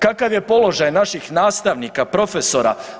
Kakav je položaj naših nastavnika, profesora?